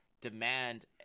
demand